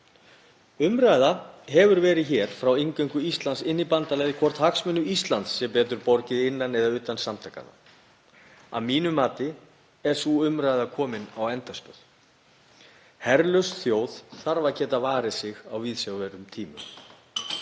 Umræða hefur verið hér frá inngöngu Íslands inn í bandalagið hvort hagsmunum Íslands sé betur borgið innan eða utan samtakanna. Að mínu mati er sú umræða komin á endastöð. Herlaus þjóð þarf að geta varið sig á viðsjárverðum tímum.